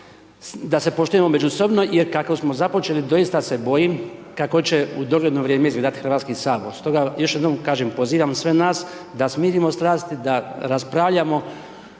da se poštujemo međusobno jer kako smo započeli doista se bojim kako će u dogledno vrijeme izgledat HS. Stoga, još jednom kažem, pozivam sve nas da smirimo strasti, da raspravljamo